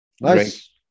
Nice